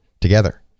together